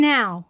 Now